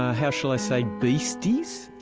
ah how shall i say. beasties,